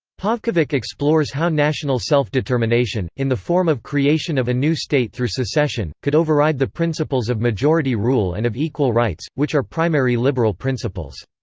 pavkovic explores how national self-determination, in the form of creation of a new state through secession, could override the principles of majority rule and of equal rights, which are primary liberal principles.